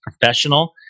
professional